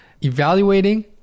evaluating